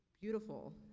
beautiful